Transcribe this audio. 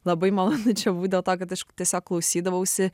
labai malonu čia būt dėl to kad aš tiesiog klausydavausi